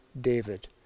David